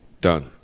Done